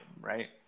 right